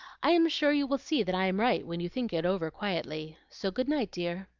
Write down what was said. i am sure you will see that i am right when you think it over quietly. so good-night, dear.